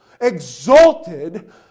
exalted